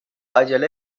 عجله